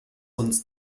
uns